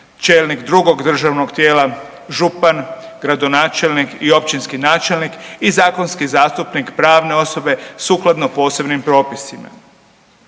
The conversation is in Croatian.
čelnik drugog državnog tijela, župan, gradonačelnik i općinski načelnik i zakonski zastupnik pravne osobe sukladno posebnim propisima.